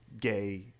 gay